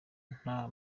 nta